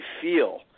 feel